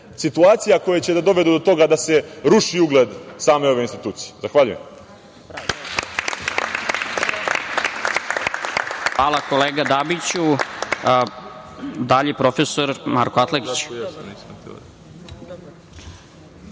situacija koje će da dovedu do toga da se ruši ugled same ove institucije. Zahvaljujem.